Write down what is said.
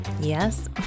Yes